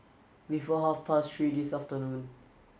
before half past three this afternoon